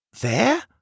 There